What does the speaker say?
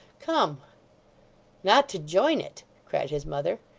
come not to join it cried his mother.